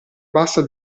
bassa